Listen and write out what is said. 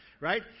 right